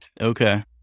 Okay